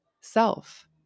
self